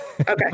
Okay